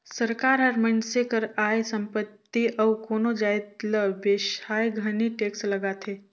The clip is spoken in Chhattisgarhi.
सरकार हर मइनसे कर आय, संपत्ति अउ कोनो जाएत ल बेसाए घनी टेक्स लगाथे